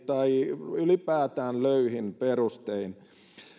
tai ylipäätään löyhin perustein